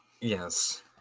Yes